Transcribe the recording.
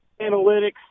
Analytics